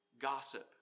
gossip